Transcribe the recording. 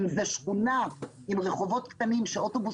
אם זו שכונה עם רחובות קטנים שאוטובוס